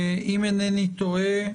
אם אינני טועה,